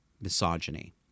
misogyny